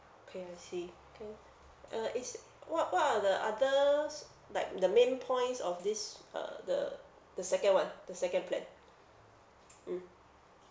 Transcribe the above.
okay I see K uh is what what are the others like the main points of this uh the the second one the second plan mm